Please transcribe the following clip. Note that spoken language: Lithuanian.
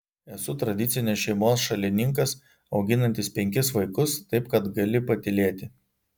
esu tradicinės šeimos šalininkas auginantis penkis vaikus taip kad gali patylėti